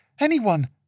anyone